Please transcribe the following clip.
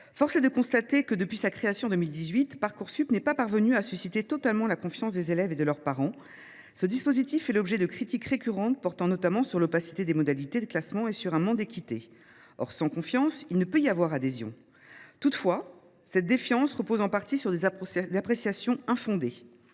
Force est de constater que, depuis sa création en 2018, Parcoursup n’a jamais suscité la pleine et entière confiance des élèves et de leurs parents : ce dispositif fait l’objet de critiques récurrentes portant notamment sur l’opacité des modalités de classement et sur un certain manque d’équité. Or, sans confiance, il ne peut y avoir d’adhésion. Toutefois, cette défiance repose en partie sur des appréciations infondées.